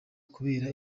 kubera